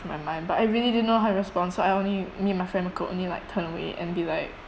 my mind but I really didn't know how to respond so I only me my friend could only like turn away and be like